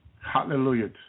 Hallelujah